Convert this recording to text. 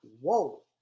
whoa